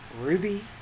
ruby